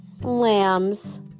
Lambs